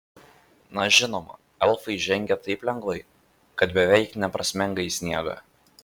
na žinoma elfai žengia taip lengvai kad beveik neprasmenga į sniegą